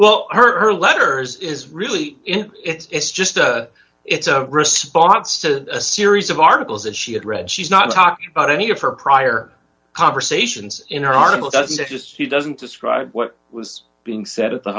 well her or her letters is really it's just it's a response to a series of articles that she had read she's not talking about any of her prior conversations in her article doesn't exist he doesn't describe it was being said at the